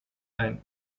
ein